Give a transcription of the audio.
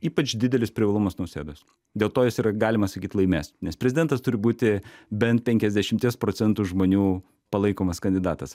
ypač didelis privalumas nausėdos dėl to jis yra galima sakyt laimės nes prezidentas turi būti bent penkiasdešimties procentų žmonių palaikomas kandidatas